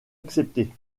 acceptée